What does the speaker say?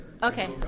Okay